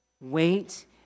wait